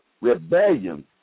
rebellion